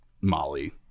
Molly